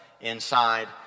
inside